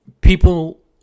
people